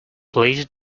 please